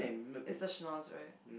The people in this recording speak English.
is the snores right